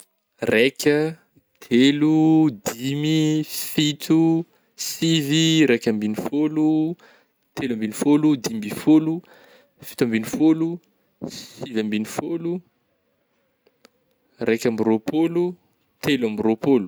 Raika, telo, dimy, fito, sivy, raika ambin'ny fôlo, telo ambin'ny fôlo, dimy mby fôlo, fito ambin'ny fôlo, sivy ambin'ny fôlo, raika amby rôpôlo, telo amby rôpôlo.